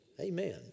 Amen